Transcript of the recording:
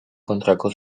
kontrako